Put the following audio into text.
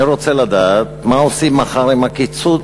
אני רוצה לדעת מה עושים מחר עם הקיצוץ,